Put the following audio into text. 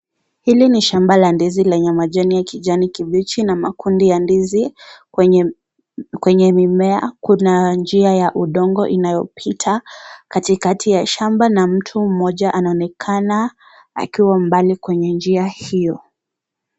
Hili ni shamba la ndizi lenye majani ya kijani kibichi na makundi ya ndizi kwenye kwenye mimea , kuna njia ya udongo inayopita katikati ya shamba na mtu mmoja anaonekana akiwa mbali kwenye njia hiyo.